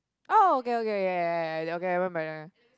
oh okay okay ya ya ya ya ya okay I remember yeah